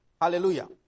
Hallelujah